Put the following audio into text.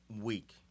week